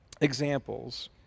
examples